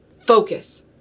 focus